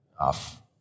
off